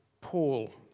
Paul